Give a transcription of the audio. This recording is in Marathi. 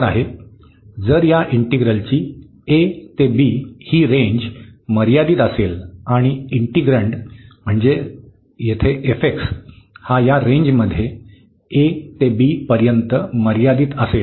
जर या इंटिग्रलची a ते b ही रेंज मर्यादित असेल आणि इंटींग्रंड म्हणजे येथे f हा या रेंजमध्ये a ते b पर्यंत मर्यादित असेल